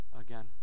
again